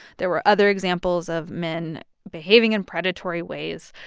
there were other examples of men behaving in predatory ways.